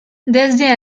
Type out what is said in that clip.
desde